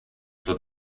for